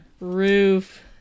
Roof